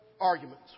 arguments